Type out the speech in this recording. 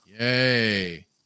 yay